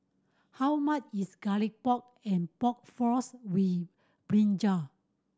how much is Garlic Pork and Pork Floss with brinjal